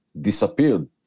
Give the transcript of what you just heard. disappeared